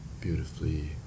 Beautifully